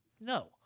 no